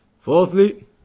Fourthly